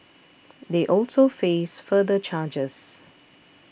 they also face further charges